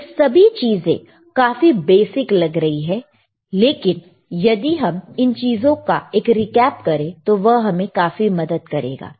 यह सब चीजें काफी बेसिक लग रही होंगी लेकिन यदि हम इस चीजों का एक रिकाप करें तो वह हमें काफी मदद करेगा